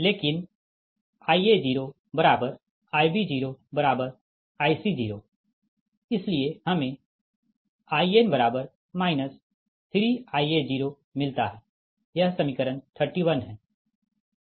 लेकिन Ia0Ib0Ic0 इसलिए हमें In 3Ia0 मिलता है यह समीकरण 31 है